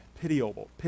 pitiable